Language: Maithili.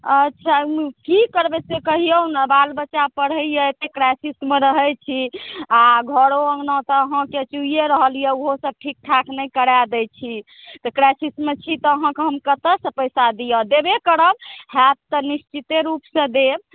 अच्छा की करबै से कहिऔ ने बाल बच्चा पढ़ैए एतेक क्राइसिसमे रहै छी आ घरो अङ्गना तऽ अहाँके चुइए रहल अइ ओहो सब ठीकठाक नहि करा दै छी तऽ क्राइसिसमे छी तऽ हम अहाँके कतऽ सँ पैसा दिअ देबे करब हैत तऽ निश्चिते रूपसँ देब